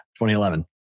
2011